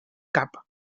cap